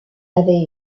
avait